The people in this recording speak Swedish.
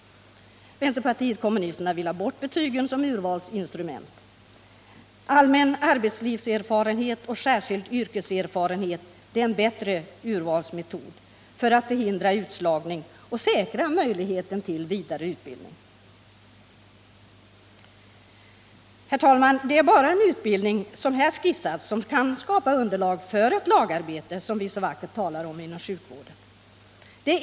Vänsterpartiet kommunisterna vill ha bort betygen som urvalsinstrument. Allmän arbetslivserfarenhet och särskild yrkeserfarenhet är en bättre urvalsmetod för att förhindra utslagning och säkra möjligheten till vidare utbildning. Herr talman! Det är bara en sådan utbildning som den som här skissats som kan skapa underlag för ett lagarbete som vi så vackert talar om inom sjukvården.